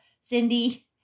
Cindy